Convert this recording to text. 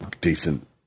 decent